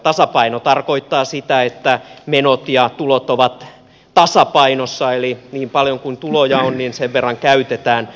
tasapaino tarkoittaa sitä että menot ja tulot ovat tasapainossa eli niin paljon kun tuloja on niin sen verran käytetään